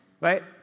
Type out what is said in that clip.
Right